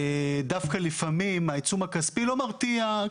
דווקא לפעמים העיצום הכספים לא מרתיע,